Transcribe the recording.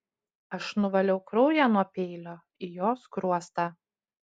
aš nuvaliau kraują nuo peilio į jo skruostą